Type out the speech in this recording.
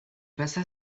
passa